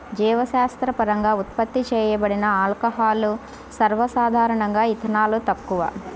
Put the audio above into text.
జీవశాస్త్రపరంగా ఉత్పత్తి చేయబడిన ఆల్కహాల్లు, సర్వసాధారణంగాఇథనాల్, తక్కువ